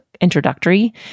introductory